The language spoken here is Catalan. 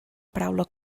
paraula